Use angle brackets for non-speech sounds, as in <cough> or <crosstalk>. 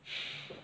<breath>